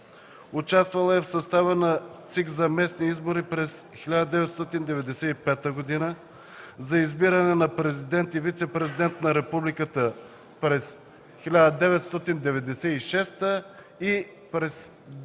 Участвала е в състава на ЦИК за местни избори през 1995 г., за избиране на Президент и вицепрезидент на Републиката през 1996 г. и през